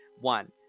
One